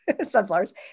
sunflowers